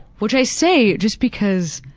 which i say just because,